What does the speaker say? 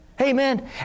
Amen